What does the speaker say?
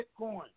Bitcoin